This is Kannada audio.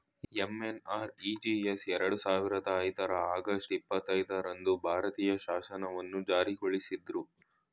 ಎಂ.ಎನ್.ಆರ್.ಇ.ಜಿ.ಎಸ್ ಎರಡು ಸಾವಿರದ ಐದರ ಆಗಸ್ಟ್ ಇಪ್ಪತ್ತೈದು ರಂದು ಭಾರತೀಯ ಶಾಸನವನ್ನು ಜಾರಿಗೊಳಿಸಿದ್ರು